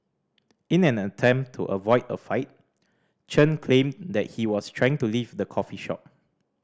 in an attempt to avoid a fight Chen claimed that he was trying to leave the coffee shop